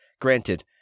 granted